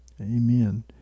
Amen